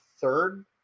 third